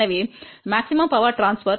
எனவே அதிகபட்ச மின் பரிமாற்றம் max